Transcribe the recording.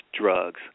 drugs